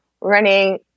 running